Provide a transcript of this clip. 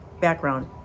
background